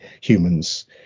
humans